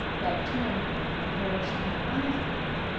but turned a pair of shining eyes at him,